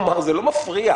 כלומר, זה לא מפריע.